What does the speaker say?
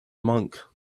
monk